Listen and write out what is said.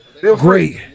Great